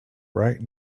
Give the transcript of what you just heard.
right